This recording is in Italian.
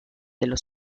dello